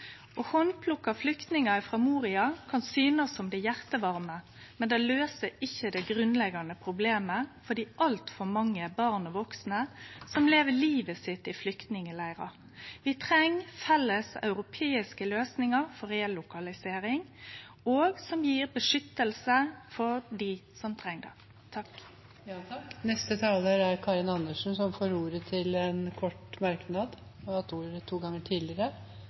Handplukka flyktningar frå Moria kan synast som det hjartevarme, men det løyser ikkje det grunnleggjande problemet for dei altfor mange barna og vaksne som lever livet sitt i flyktningleirar. Vi treng felles europeiske løysingar for relokalisering som gjev vern for dei som treng det. Representanten Karin Andersen har hatt ordet to ganger tidligere og får ordet til en kort merknad,